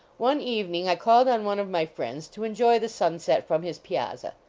one evening i called on one of my friends to enjoy the sunset from his piazza.